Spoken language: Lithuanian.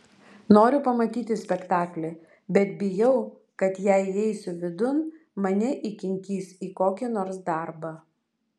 noriu pamatyti spektaklį bet bijau kad jei įeisiu vidun mane įkinkys į kokį nors darbą